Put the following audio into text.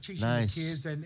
nice